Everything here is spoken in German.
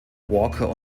walker